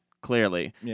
clearly